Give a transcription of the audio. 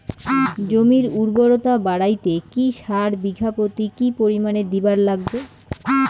জমির উর্বরতা বাড়াইতে কি সার বিঘা প্রতি কি পরিমাণে দিবার লাগবে?